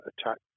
attack